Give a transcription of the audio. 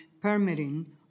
permitting